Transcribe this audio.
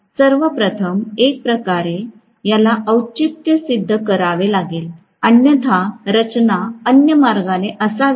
सर्व प्रथम एकप्रकारे याला औचित्य सिद्ध करावे लागेल अन्यथा रचना अन्य मार्गाने असावी का